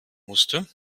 musste